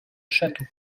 château